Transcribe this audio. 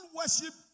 worship